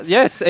Yes